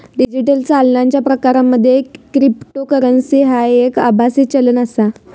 digital चालनाच्या प्रकारांमध्ये cryptocurrency ह्या एक आभासी चलन आसा